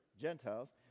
Gentiles